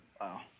Wow